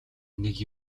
нэг